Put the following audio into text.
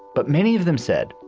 but many of them said,